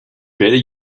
better